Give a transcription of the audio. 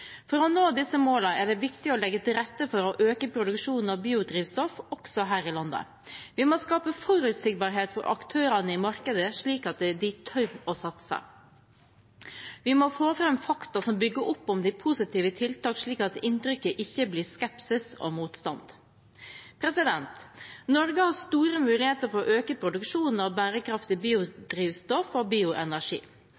For å nå disse målene er det viktig å legge til rette for å øke produksjonen av biodrivstoff også her i landet. Vi må skape forutsigbarhet for aktørene i markedet, slik at de tør å satse. Vi må få fram fakta som bygger opp om de positive tiltak, slik at inntrykket ikke blir skepsis og motstand. Norge har store muligheter for å øke produksjonen av bærekraftig